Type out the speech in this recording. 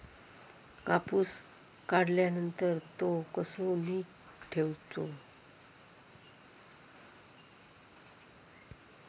कापूस काढल्यानंतर तो कसो नीट ठेवूचो?